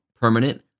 permanent